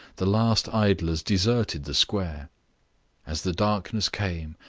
the last idlers deserted the square as the darkness came,